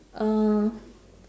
uh